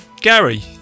Gary